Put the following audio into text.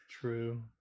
true